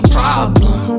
problem